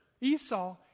Esau